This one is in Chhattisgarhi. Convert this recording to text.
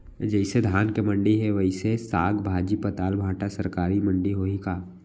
जइसे धान के मंडी हे, वइसने साग, भाजी, पताल, भाटा के सरकारी मंडी होही का?